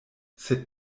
sed